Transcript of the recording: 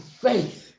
faith